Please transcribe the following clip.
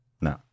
No